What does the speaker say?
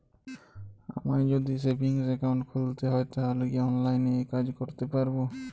আমায় যদি savings account খুলতে হয় তাহলে কি অনলাইনে এই কাজ করতে পারবো?